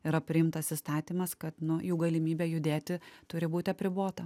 yra priimtas įstatymas kad nu jų galimybė judėti turi būti apribota